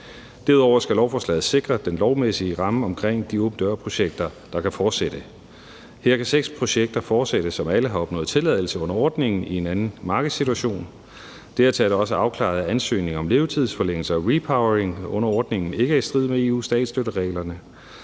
Derudover skal lovforslaget sikre den lovmæssige ramme omkring de åben dør-projekter, der kan fortsætte. Her kan seks projekter, som alle har opnået tilladelse under ordningen i en anden markedssituation, fortsætte. Dertil er det også er afklaret, at ansøgninger om levetidsforlængelser og repowering under ordningen ikke er i strid med EU's statsstøtteregler.